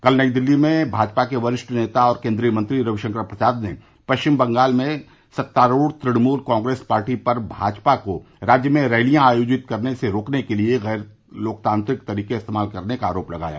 कल नई दिल्ली में भाजपा के वरिष्ठ नेता और केन्द्रीय मंत्री रविशंकर प्रसाद ने पश्चिम बंगाल में सत्तारूढ तृणमूल कांग्रेसपार्टी पर भाजपा को राज्य में रैलियां आयोजित करने से रोकने के लिए गैर लोकतांत्रिक तरीके इस्तेमाल करने का आरोप लगाया